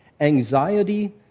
Anxiety